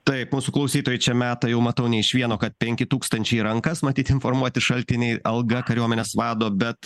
taip mūsų klausytojai čia meta jau matau ne iš vieno kad penki tūkstančiai į rankas matyt informuoti šaltiniai alga kariuomenės vado bet